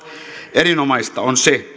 erinomaista on se